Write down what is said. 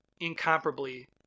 incomparably